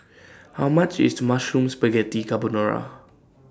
How much IS Mushroom Spaghetti Carbonara